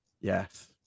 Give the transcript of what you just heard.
yes